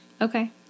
Okay